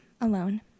alone